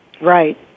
Right